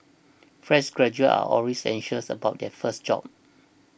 fresh graduates are always anxious about their first job